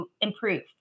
improve